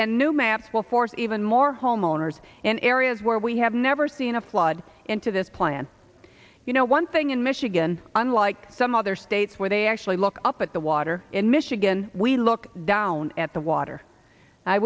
force even more homeowners in areas where we have never seen a flood into this plan you know one thing in michigan unlike some other states where they actually look up at the water in michigan we look down at the water i